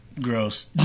Gross